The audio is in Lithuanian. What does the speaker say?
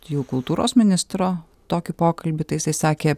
jų kultūros ministro tokį pokalbį tai jisai sakė